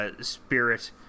spirit